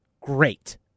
great